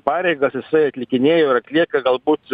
pareigas jisai atlikinėjo ir atlieka galbūt